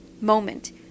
moment